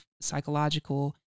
psychological